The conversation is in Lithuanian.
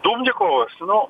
dubnikovas nu